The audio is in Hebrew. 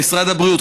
משרד הבריאות,